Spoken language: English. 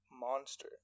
Monster